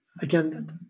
again